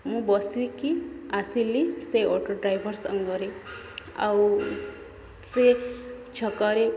ମୁଁ ବସିକି ଆସିଲି ସେ ଅଟୋ ଡ୍ରାଇଭର୍ ସାଙ୍ଗରେ ଆଉ ସେ ଛକରେ